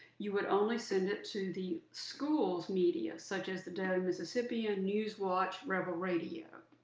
you would only send it to the school's media, such as the daily mississippi, ah newswatch, rebel radio.